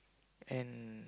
and